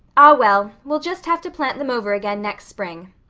ah, well, we'll just have to plant them over again next spring,